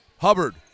Hubbard